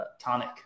tonic